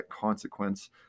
consequence